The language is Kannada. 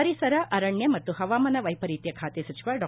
ಪರಿಸರ ಅರಣ್ಯ ಮತ್ತು ಹವಾಮಾನ ವೈಪರೀತ್ಯ ಖಾತೆ ಸಚಿವ ಡಾ